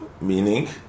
meaning